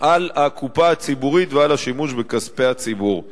על הקופה הציבורית ועל השימוש בכספי הציבור.